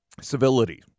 civility